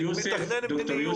מתכנן מדיניות.